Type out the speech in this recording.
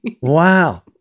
Wow